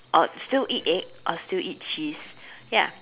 or still egg or still eat cheese ya